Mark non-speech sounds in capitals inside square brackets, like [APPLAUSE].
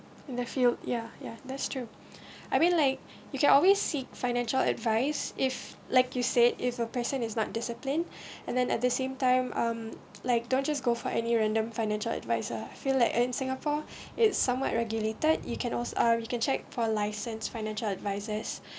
the field yeah yeah that's true [BREATH] I mean like you can always seek financial advice if like you said if a person is not discipline [BREATH] and then at the same time um like don't just go for any random financial adviser I feel like in singapore [BREATH] it's somewhat regulated you can also uh you can check for license financial advisers